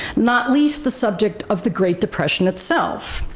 not least, the subject of the great depression itself.